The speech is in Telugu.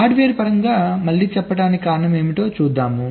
హార్డ్వేర్ పరంగా మళ్ళీ చెప్పటానికి కారణం ఏమిటో చూద్దాం